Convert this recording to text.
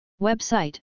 website